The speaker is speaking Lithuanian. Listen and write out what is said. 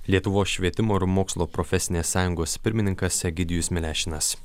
lietuvos švietimo ir mokslo profesinės sąjungos pirmininkas egidijus milešinas